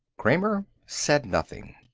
kramer said nothing.